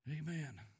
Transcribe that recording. Amen